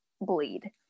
bleed